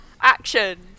Action